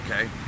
okay